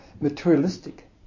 materialistic